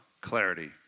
clarity